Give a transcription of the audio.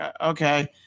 okay